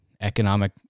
economic